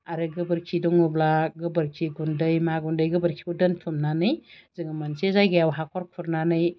आरो गोबोरखि दङब्ला गोबोरखि गुन्दै मा गुन्दै गोबोरखिखौ दोनथुमनानै जोङो मोनसे जायगायाव हाखर खुरनानै